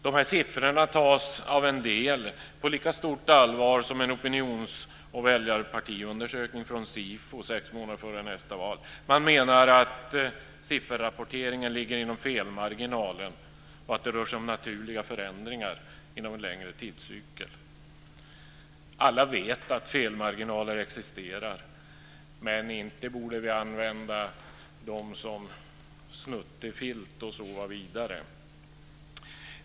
De här siffrorna tas av en del på lika stort allvar som en opinions och väljarundersökning från Sifo sex månader före nästa val. Man menar att sifferrapporteringen ligger inom felmarginalen och att det rör sig om naturliga förändringar inom en längre tidscykel. Alla vet att felmarginaler existerar, men inte borde vi använda dem som snuttefilt och sova vidare.